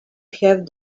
have